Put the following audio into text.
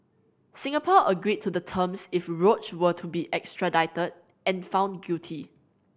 Singapore agreed to the terms if Roach were to be extradited and found guilty